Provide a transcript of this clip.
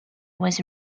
was